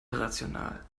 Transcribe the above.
irrational